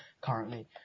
currently